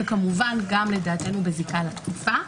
וכמובן גם לדעתנו בזיקה לתקופה,